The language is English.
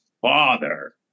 father